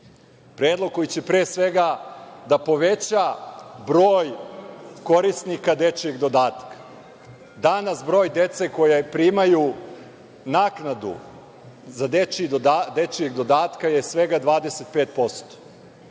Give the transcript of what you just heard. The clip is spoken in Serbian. predlog koji će, pre svega, da poveća broj korisnika dečijeg dodatka. Danas broj dece koja primaju naknadu dečijeg dodatka je svega 25%.